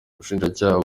ubushinjacyaha